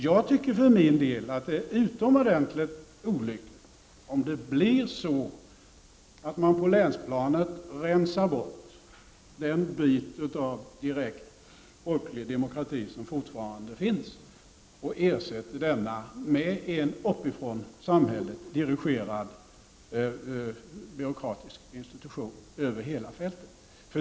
Jag tycker för min del att det är utomordentligt olyckligt om man på länsplanet rensar bort den bit av direkt folklig demokrati som fortfarande finns och ersätter denna med en uppifrån samhället dirigerad byråkratisk institution över hela fältet.